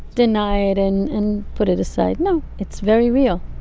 deny it and and put it aside. no, it's very real.